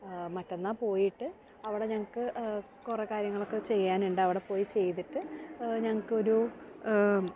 മറ്റന്നാൾ പോയിട്ട് അവിടെ ഞങ്ങൾക്ക് കുറേ കാര്യങ്ങളൊക്കെ ചെയ്യാനുണ്ട് അവിടെ പോയി ചെയ്തിട്ട് ഞങ്ങൾക്കൊരു